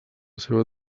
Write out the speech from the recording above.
seva